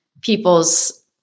people's